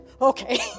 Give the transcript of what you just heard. okay